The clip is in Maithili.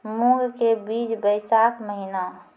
मूंग के बीज बैशाख महीना